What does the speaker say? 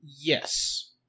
Yes